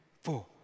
four